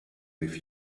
with